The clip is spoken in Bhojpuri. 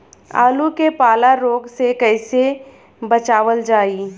आलू के पाला रोग से कईसे बचावल जाई?